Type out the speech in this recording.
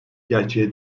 gerçeğe